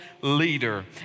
leader